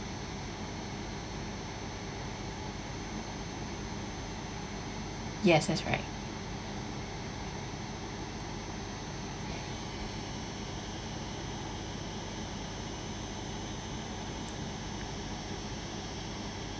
yes that's right